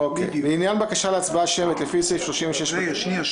לעניין בקשה להצבעה שמית לפי סעיף 36(ב) --- שנייה,